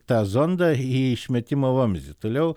tą zondą į išmetimo vamzdį toliau